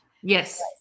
Yes